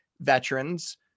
veterans